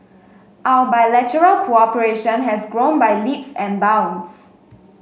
our bilateral cooperation has grown by leaps and bounds